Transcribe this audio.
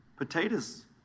Potatoes